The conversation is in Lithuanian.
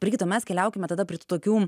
brigita mes keliaukime tada prie tų tokių